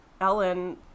ellen